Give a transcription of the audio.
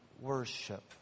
worship